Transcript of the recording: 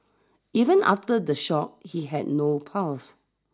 even after the shock he had no pulse